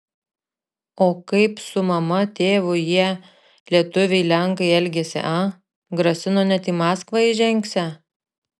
o kaip su mama tėvu jie lietuviai lenkai elgėsi a grasino net į maskvą įžengsią